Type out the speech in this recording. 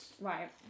right